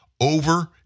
over